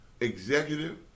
executive